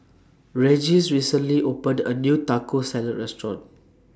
Regis recently opened A New Taco Salad Restaurant